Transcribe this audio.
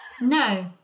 No